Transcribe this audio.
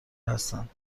هستند